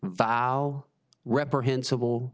vile reprehensible